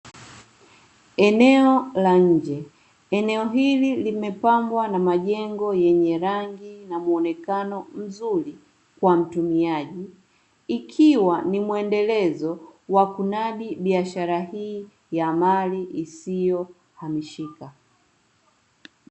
Eneo la nje. Eneo hili limepambwa na majengo yenye rangi na muonekano mzuri kwa mtumiaji, ikiwa ni muendelezo wa kunadi biashara hii ya mali isiyohamishika.